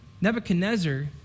Nebuchadnezzar